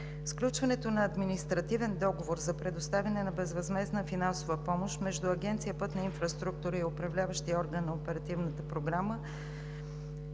Сключването на административен договор за предоставяне на безвъзмездна финансова помощ между Агенция „Пътна инфраструктура“ и управляващия орган на Оперативната програма